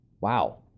Wow